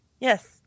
Yes